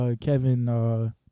Kevin